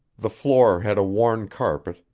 the floor had a worn carpet,